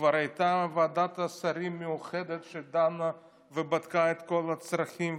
כבר הייתה ועדת שרים מיוחדת שדנה ובדקה את כל הצרכים,